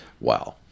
Wow